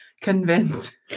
convince